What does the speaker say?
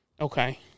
Okay